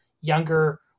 younger